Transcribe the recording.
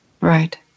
Right